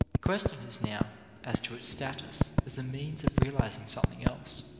question is now as to its status as a means of realizing something else,